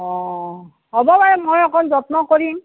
অঁ হ'ব বাৰু মই অকণ যত্ন কৰিম